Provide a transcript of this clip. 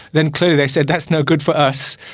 then clearly they said, that's no good for us.